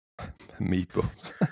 Meatballs